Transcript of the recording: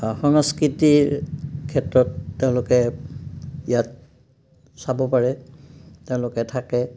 সংস্কৃতিৰ ক্ষেত্ৰত তেওঁলোকে ইয়াত চাব পাৰে তেওঁলোকে থাকে